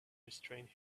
restrained